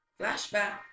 Flashback